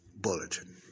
bulletin